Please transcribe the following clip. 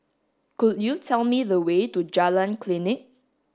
could you tell me the way to Jalan Klinik